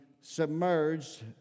submerged